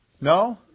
No